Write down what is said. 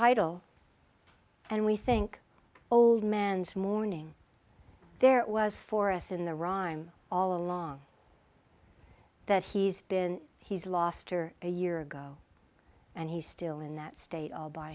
idle and we think old man's morning there was for us in the rhyme all along that he's been he's lost her a year ago and he's still in that state all by